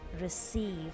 receive